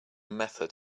method